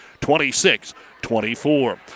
26-24